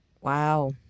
wow